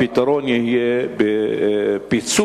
הפתרון יהיה ב"פיצוי"